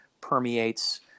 permeates